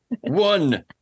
one